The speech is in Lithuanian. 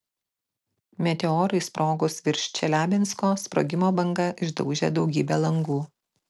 meteorui sprogus virš čeliabinsko sprogimo banga išdaužė daugybę langų